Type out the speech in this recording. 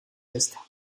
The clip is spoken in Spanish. esta